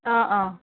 অঁ অঁ